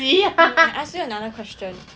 ask you another question